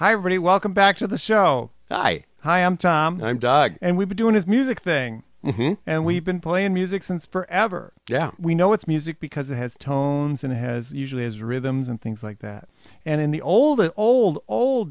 hi renee welcome back to the show hi i'm tom and i'm doug and we've been doing his music thing and we've been playing music since forever yeah we know it's music because it has tones and it has usually has rhythms and things like that and in the old old old